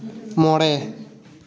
ᱢᱚᱬᱮ